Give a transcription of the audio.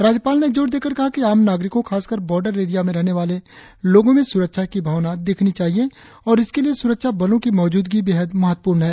राज्यपाल ने जोर देकर कहा कि आम नागरिकों खासकर बार्डर एरिया रहने वाले लोगों में सुरक्षा की भावना दिखनी चाहिए और इसके लिए सुरक्षा बलों की मौजूदगी बेहद महत्वपूर्ण है